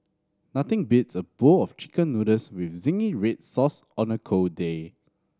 nothing beats a bowl of Chicken Noodles with zingy red sauce on a cold day